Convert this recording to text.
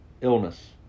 illness